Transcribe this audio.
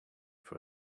for